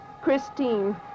Christine